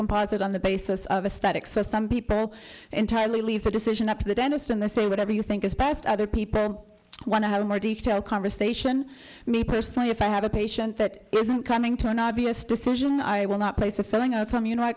composite on the basis of a static so some people entirely leave the decision up to the dentist and they say whatever you think is best other people want to have more detail conversation me personally if i have a patient that isn't coming to an obvious decision i will not place a filling out some you know i